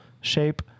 shape